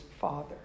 father